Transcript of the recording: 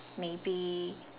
maybe